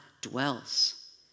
dwells